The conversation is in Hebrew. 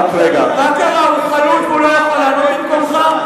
מה קרה, הוא חלוד והוא לא יכול לענות במקומך?